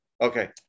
Okay